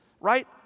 right